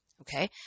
Okay